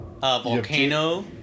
volcano